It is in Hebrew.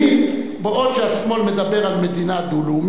בעוד השמאל מדבר על מדינה דו-לאומית,